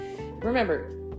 remember